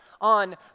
on